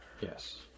Yes